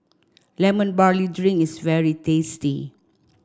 lemon barley drink is very tasty